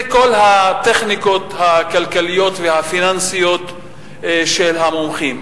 אלה כל הטכניקות הכלכליות והפיננסיות של המומחים.